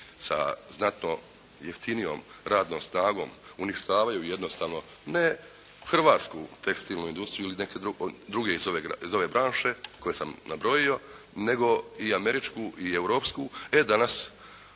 sa znatno jeftinijom radnom snagom uništavaju jednostavno ne hrvatsku tekstilnu industriju ili neke druge iz ove branše koje sam nabrojio, nego i američku i europsku.